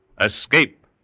Escape